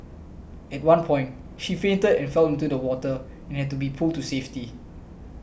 at one point she fainted and fell into the water and had to be pulled to safety